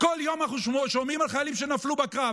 בכל יום אנחנו שומעים על חיילים שנפלו בקרב.